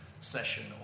session